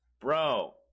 Bro